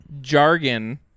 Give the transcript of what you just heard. jargon